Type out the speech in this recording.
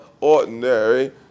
ordinary